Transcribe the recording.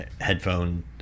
headphone